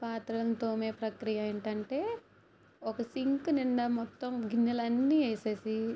పాత్రలను తోమే ప్రక్రియ ఏంటి అంటే ఒక సింక్ నిండా మొత్తం గిన్నెలన్నీ వేసేసి